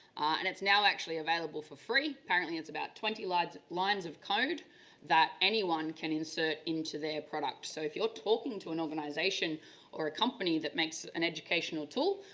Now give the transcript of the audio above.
and now actually available for free, apparently it is about twenty lines lines of code that anyone can insert into their product so if you are talking to an organisation or a company that makes an educational tool,